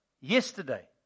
yesterday